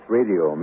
Radio